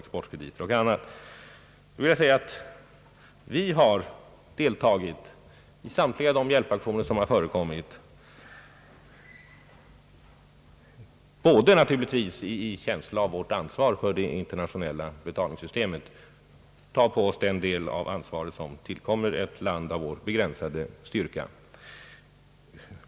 Jag vill emellertid säga att vi har deltagit i samtliga de hjälpaktioner, som har förekommit, i känslan av att vi bör ta på oss den del av ansvaret som tillkommer ett land med vår begränsade styrka.